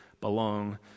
belong